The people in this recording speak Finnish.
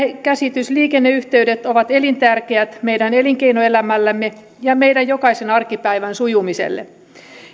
käsitys liikenneyhteydet ovat elintärkeät meidän elinkeinoelämällemme ja meidän jokaisen arkipäivän sujumiselle